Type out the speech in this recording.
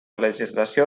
legislació